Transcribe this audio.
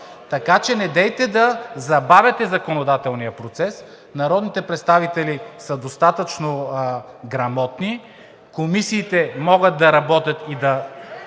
така че недейте да забавяте законодателния процес. Народните представители са достатъчно грамотни, комисиите могат да работят, да